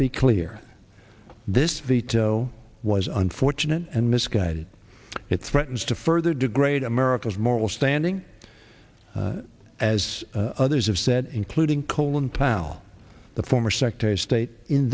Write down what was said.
be clear this veto was unfortunate and misguided it threatens to further degrade america's moral standing as others have said including colin powell the former secretary of state in